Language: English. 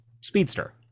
speedster